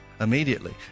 immediately